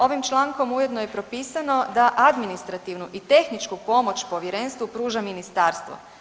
Ovim člankom ujedno je propisano da administrativnu i tehničku pomoć Povjerenstvu pruža Ministarstvo.